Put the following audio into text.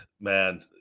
man